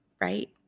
Right